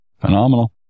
Phenomenal